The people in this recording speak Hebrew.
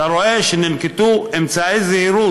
אתה רואה שננקטו אמצעי זהירות.